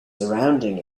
surrounding